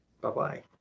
bye-bye